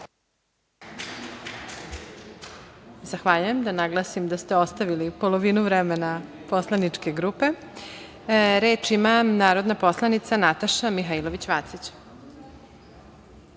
Zahvaljujem. Da naglasim da ste ostavili polovinu vremena poslaničke grupe. Reč ima narodna poslanica Nataša Mihailović Vacić.